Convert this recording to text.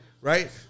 right